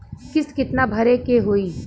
किस्त कितना भरे के होइ?